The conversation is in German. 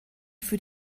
für